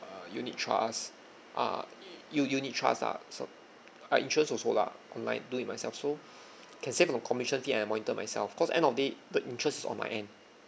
err unit trusts uh u~ u~ unit trust lah so uh interest also lah online do it myself so can save on the commission fee and I monitor myself because end of day the interest is on my end